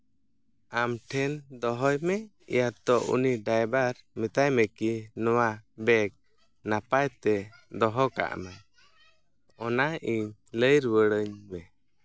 ᱟᱢ ᱴᱷᱮᱱ ᱫᱚᱦᱚᱭ ᱢᱮ ᱤᱭᱟᱛᱳ ᱩᱱᱤ ᱰᱟᱭᱵᱷᱟᱨ ᱢᱮᱛᱟᱭ ᱢᱮᱠᱤ ᱱᱚᱣᱟ ᱵᱮᱜᱽ ᱱᱟᱯᱟᱭ ᱛᱮ ᱫᱚᱦᱚ ᱠᱟᱜ ᱢᱮ ᱚᱱᱟ ᱤᱧ ᱞᱟᱹᱭ ᱨᱩᱣᱟᱹᱲᱟᱹᱧ ᱢᱮ